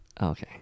Okay